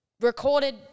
recorded